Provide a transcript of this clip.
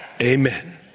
Amen